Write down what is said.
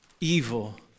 evil